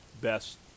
best